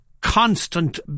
constant